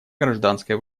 гражданской